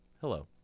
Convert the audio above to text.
Hello